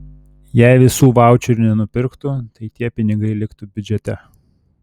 jei visų vaučerių nenupirktų tai tie pinigai liktų biudžete